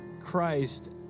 Christ